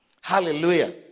Hallelujah